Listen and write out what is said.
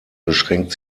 beschränkt